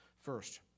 First